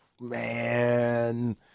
Man